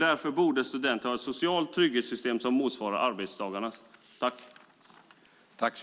Därför borde studenter ha ett socialt trygghetssystem som motsvarar arbetstagarnas.